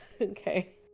Okay